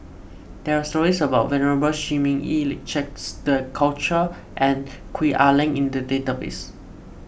there are stories about Venerable Shi Ming Yi Lee Jacques De Coutre and Gwee Ah Leng in the database